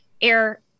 air